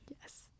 Yes